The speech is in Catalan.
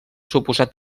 suposat